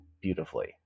beautifully